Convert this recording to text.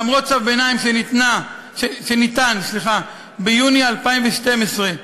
למרות צו ביניים שניתן ביוני 2012,